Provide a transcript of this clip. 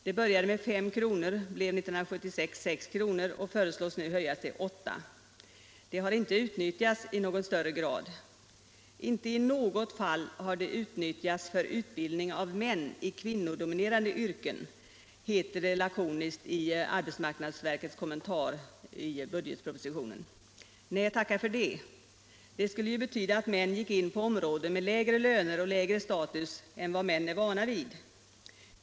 Det började med 5 kr., blev 1976 6 kr. och föreslås nu bli höjt till 8 kr. Det har inte utnyttjats i någon större grad. ”Inte i något fall har det utnyttjats för utbildning av män i kvinnodominerade yrken”, heter det lakoniskt i arbetsmarknadsverkets kommentar i budgetpropositionen. Nej, tacka för det. Det skulle ju betyda att män gick in på områden med lägre löner och lägre status än vad män är vana vid.